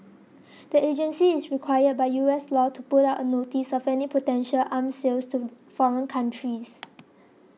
the agency is required by U S law to put up a notice of any potential arm sales to foreign countries